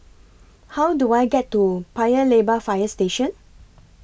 How Do I get to Paya Lebar Fire Station